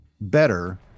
better